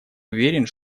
уверен